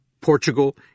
Portugal